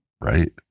Right